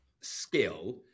skill